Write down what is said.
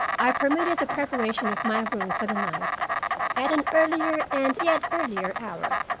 i permitted the preparation of my room for the night at an earlier and yet earlier hour,